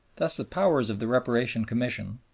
thus the powers of the reparation commission,